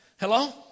Hello